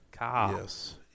Yes